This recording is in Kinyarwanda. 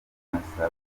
y’ubutabera